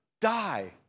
die